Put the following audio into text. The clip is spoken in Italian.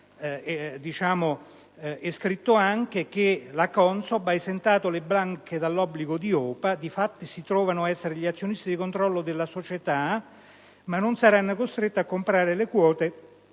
l'articolo, la CONSOB ha esentato le banche dall'obbligo di OPA, per cui di fatto si trovano ad essere gli azionisti di controllo della società, ma non saranno costretti a comprare le quote